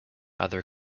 other